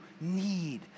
need